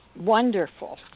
wonderful